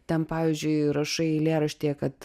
ten pavyzdžiui rašai eilėraštyje kad